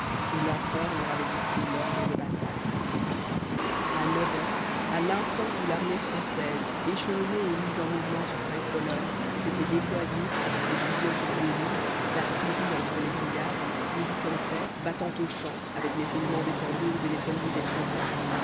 et l'empereur leur avait dicté l'ordre de bataille à neuf heures à l'instant où l'armée française échelonnée et mise en mouvement sur cinq colonnes s'était déployée les divisions sur deux lignes l'artillerie entre les brigades musique en tête battant aux champs avec les roulements des tambours et les sonneries des trompettes